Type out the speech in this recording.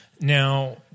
Now